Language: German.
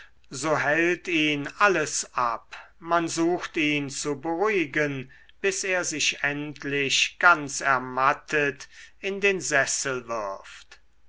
so hält ihn alles ab man sucht ihn zu beruhigen bis er sich endlich ganz ermattet in den sessel wirft